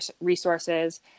resources